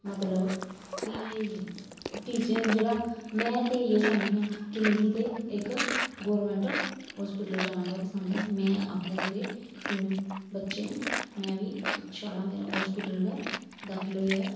मतलब कि टीच जेह्ड़ा में ते इ'यै चाह्न्नी आं कि मिगी ते इक गौरमेंट हॉस्पिटल जाना गै पसंद ऐ में आपूं मेरे तिन्न बच्चे न में बी इक शालामार हॉस्पिटल गै दाखल होई ऐ